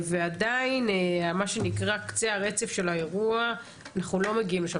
ועדיין קצה הרצף של האירוע, אנחנו לא מגיעים לשם.